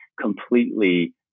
completely